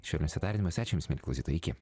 švelniuose tardymuose ačiū jums mieli klausytojai iki